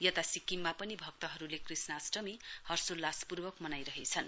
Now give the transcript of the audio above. यता सिक्किम पनि भक्तहरूले कृष्णास्टमी हर्षोल्लासपूर्वक मनाइरहेछन्